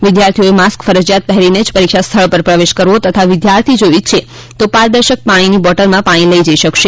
વિદ્યાર્થીઓએ માસ્ક ફરજીયાત પહેરીને જ પરીક્ષા સ્થળ પર પ્રવેશ કરવો તથા વિદ્યાર્થી જો ઈચ્છે તો પારદર્શક પાણીની બોટલમાં પાણી લઈ જઈ શકશે